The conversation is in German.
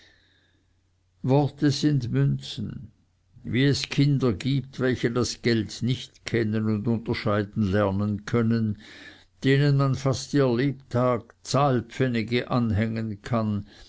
worte sind münzen wie es kinder gibt welche das geld nicht kennen und unterscheiden lernen können denen man fast ihr lebtag zahlpfennige anhängen kann